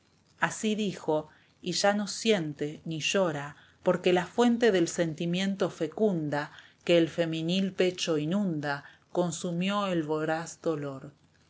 así idijo y ya no siente ni llora porque la fuente del sentimiento fecunda que el femenil pecho inunda consumió el voraz dolor